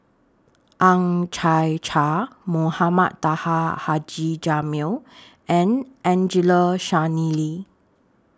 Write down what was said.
Ang Chwee Chai Mohamed Taha Haji Jamil and Angelo Sanelli